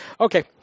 okay